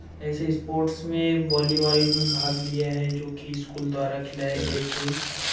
ऐसे स्पोर्ट्स मैं वॉलीबॉल में भाग लिया है जो कि स्कूल द्वारा खिलाये गए थे